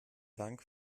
dank